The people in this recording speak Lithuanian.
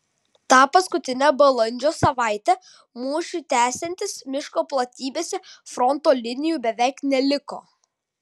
tą paskutinę balandžio savaitę mūšiui tęsiantis miško platybėse fronto linijų beveik neliko